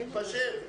נתפשר.